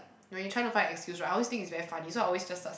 when you trying to find excuse right I always think is very funny so I always just